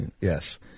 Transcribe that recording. Yes